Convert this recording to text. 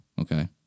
Okay